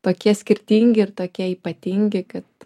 tokie skirtingi ir tokie ypatingi kad